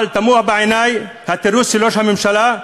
אבל תמוה בעיני התירוץ של ראש הממשלה,